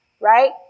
right